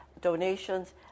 donations